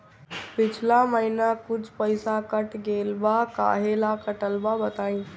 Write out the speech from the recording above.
पिछला महीना कुछ पइसा कट गेल बा कहेला कटल बा बताईं?